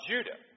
Judah